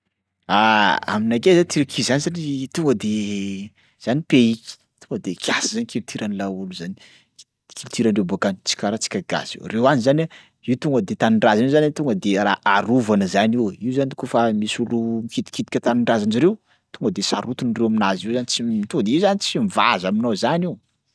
Ah, aminakay zany Turquie zany satria tonga de zany pays tonga de kiasy zany culturan'laolo zany. Culturandreo bôka any tsy karaha antsika gasy io. Reo any zany a io tonga de tanindrazana io zany a tonga de raha arovana zany io e, io zany kaofa misy olo mikitikitika tanindrazan-jareo tonga de sarotiny reo aminazy io zany tsy m- tonga de io zany tsy mivaza aminao zany io, zay.